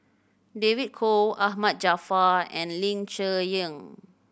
David Kwo Ahmad Jaafar and Ling Cher Eng